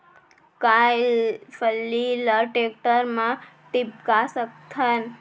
का फल्ली ल टेकटर म टिपका सकथन?